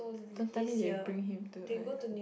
don't tell me they bring him to the